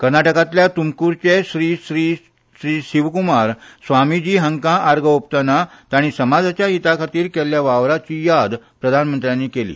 कर्नाटकांतल्या त्मक्रचे श्रीश्रीश्री शिवक्मार स्वामीजी हांकां आर्गां ओंपतना तांणी समाजाच्या हिता खातीर केल्ल्या वावराची याद प्रधानमंत्र्यांनी केली